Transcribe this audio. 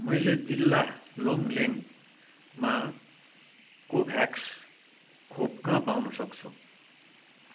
मैले जिल्ला लोङलेङमा कोभ्याक्स खोप कहाँ पाउन सक्छु